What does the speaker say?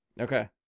Okay